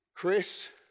Chris